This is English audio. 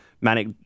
Manic